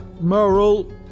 moral